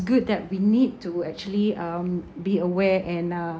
good that we need to actually um be aware and uh